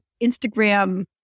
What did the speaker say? instagram